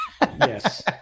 Yes